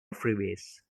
freeways